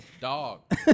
Dog